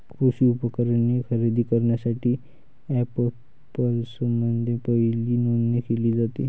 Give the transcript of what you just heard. कृषी उपकरणे खरेदी करण्यासाठी अँपप्समध्ये पहिली नोंदणी केली जाते